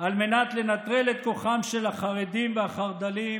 על מנת לנטרל את כוחם של החרדים והחרד"לים,